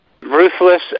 Ruthless